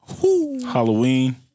Halloween